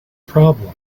problem